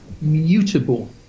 mutable